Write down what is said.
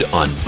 on